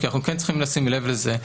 כי אנחנו כן צריכים לשים לב לזה.